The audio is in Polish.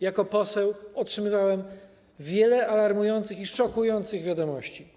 Jako poseł otrzymywałem wiele alarmujących i szokujących wiadomości.